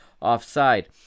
offside